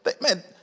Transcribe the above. man